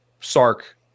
Sark